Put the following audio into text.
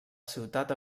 ciutat